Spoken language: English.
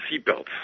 seatbelts